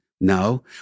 No